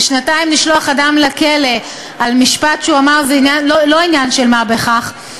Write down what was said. ולשלוח אדם לכלא לשנתיים על משפט שהוא אמר זה לא עניין של מה בכך,